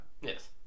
Yes